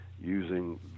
using